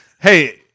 Hey